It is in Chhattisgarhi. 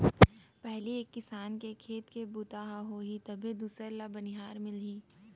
पहिली एक किसान के खेत के बूता ह होही तभे दूसर ल बनिहार मिलही